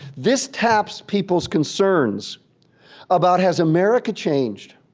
this taps people's concerns about has america changed?